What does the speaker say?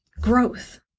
growth